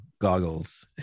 goggles